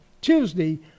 Tuesday